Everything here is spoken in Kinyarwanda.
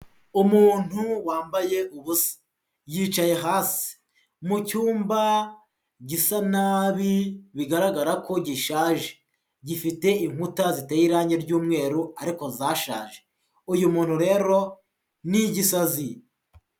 Umuntu wambaye ubusa, yicaye hafi mu cyumba gisa nabi bigaragara ko gishaje, gifite inkuta ziteye irangi ry'umweru ariko zashaje, uyu muntu rero ni igisazi.